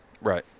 Right